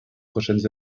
prochaines